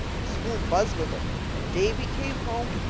the school buzzed with it and davy came home,